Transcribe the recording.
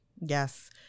Yes